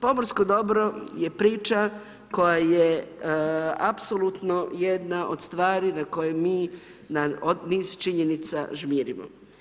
Pomorsko dobro je priča koja je apsolutno jedna od stvari na koje mi na niz činjenica žmirimo.